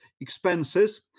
expenses